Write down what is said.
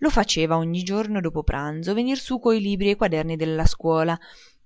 lo faceva ogni dopo pranzo venir su coi libri e i quaderni della scuola